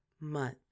month